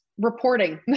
Reporting